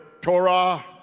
Torah